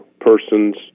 persons